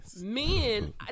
men